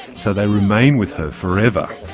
so they remain with her forever.